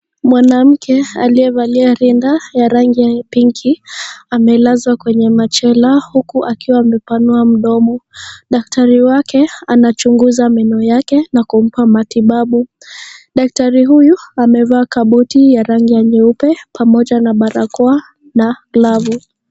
Mwanamke, aliyevalia rinda ya rangi ya pinki. Amelazwa kwenye machela, huku akiwa amepanua mdomo. Daktari wake, anachunguza meno yake na kumpa matibabu. Daktari huyu, amevaa kabuti ya rangi ya nyeupe, pamoja na barakoa na glovu.